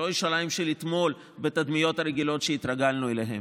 לא ירושלים של אתמול בתדמיות הרגילות שהתרגלנו אליהן.